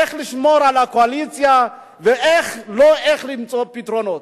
איך לשמור על הקואליציה ולא איך למצוא פתרונות.